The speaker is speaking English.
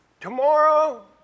Tomorrow